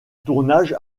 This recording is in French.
tournage